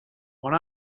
one